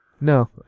No